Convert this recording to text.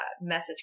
message